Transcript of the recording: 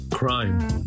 Crime